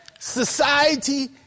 Society